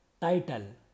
Title